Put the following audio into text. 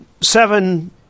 seven